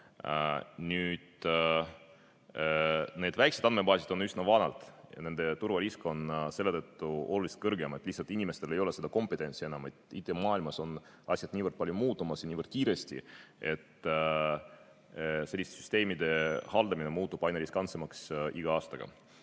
need väikesed andmebaasid on üsna vanad ja nende turvarisk on selle tõttu oluliselt kõrgem. Lihtsalt inimestel ei ole seda kompetentsi enam. IT-maailmas on asjad niivõrd palju muutumas ja niivõrd kiiresti, et selliste süsteemide haldamine muutub iga aastaga